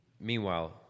meanwhile